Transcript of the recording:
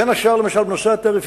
בין השאר, למשל, נושא התעריפים.